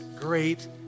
great